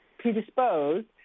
predisposed